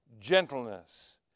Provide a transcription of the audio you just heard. gentleness